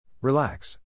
Relax